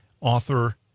author